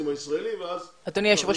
הישראלי ואז --- אדוני היושב ראש,